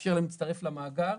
ולאפשר להם להצטרף למאגר.